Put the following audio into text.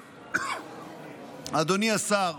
אדוני השר,